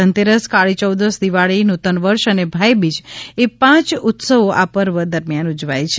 ધનતેરસ કાળીયૌદશ દિવાળી નૂતનવર્ષ અને ભાઈબીજ એ પાંચ ઉત્સવો આ પર્વ દરમ્યાન ઉજવાય છે